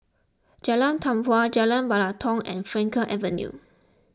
Jalan Tempua Jalan Batalong and Frankel Avenue